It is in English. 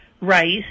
rice